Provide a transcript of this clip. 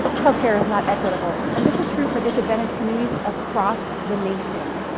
healthcare is not equitable. and this is true for disadvantaged communities across the nation.